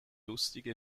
lustige